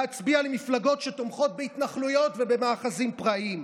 להצביע למפלגות שתומכות בהתנחלויות ובמאחזים פראיים.